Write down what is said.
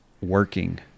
working